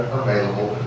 available